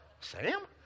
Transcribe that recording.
Sam